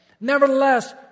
Nevertheless